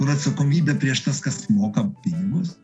kur atsakomybė prieš tas kas moka pinigus